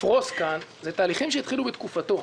אלה תהליכים שהתחילו בתקופתו.